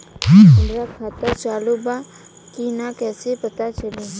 हमार खाता चालू बा कि ना कैसे पता चली?